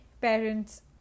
parents